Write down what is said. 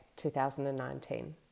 2019